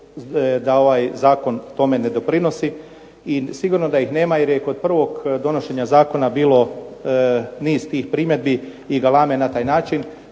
da ovaj zakon tome ne doprinosi. I sigurno da ih nema jer je i kod prvog donošenja zakona bilo niz tih primjedbi i galame na taj način.